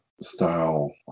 style